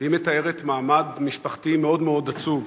והיא מתארת מעמד משפחתי מאוד-מאוד עצוב,